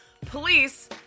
Police